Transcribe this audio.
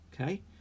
Okay